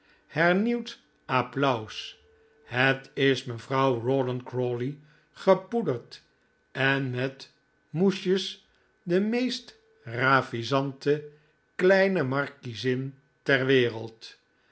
hernieuwd applaus het is mevrouw rawdon crawley gepoederd en met moesjes de meest ravissante kleine markiezin ter wereld